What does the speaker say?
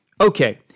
Okay